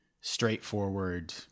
straightforward